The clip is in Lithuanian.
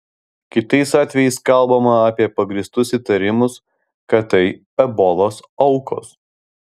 kitais atvejais kalbama apie pagrįstus įtarimus kad tai ebolos aukos